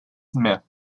smith